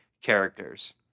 characters